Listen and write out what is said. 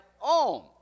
on